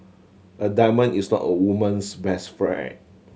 a diamond is not a woman's best friend